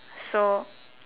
so